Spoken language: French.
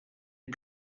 les